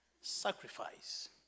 sacrifice